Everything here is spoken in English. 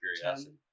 curiosity